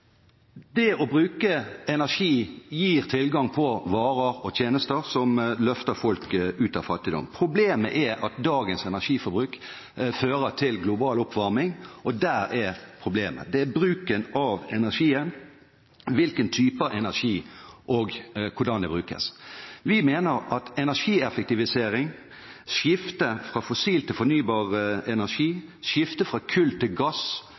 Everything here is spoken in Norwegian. løfter folk ut av fattigdom. Problemet er at dagens energiforbruk fører til global oppvarming. Problemet ligger i bruken av energi, hvilke typer energi og hvordan de brukes. Vi mener at energieffektivisering, skifte fra fossil til fornybar energi, skifte fra kull til gass